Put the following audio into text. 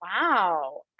wow